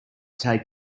take